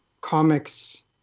comics